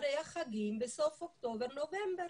אחרי החגים בסוף אוקטובר-נובמבר,